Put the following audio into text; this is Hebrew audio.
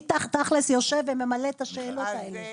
מי תכלס יושב וממלא את השאלות האלה?